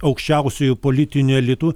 aukščiausiuoju politiniu elitu